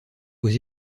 aux